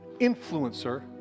influencer